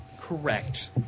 correct